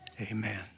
Amen